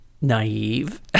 naive